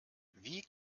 wie